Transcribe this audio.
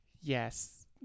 Yes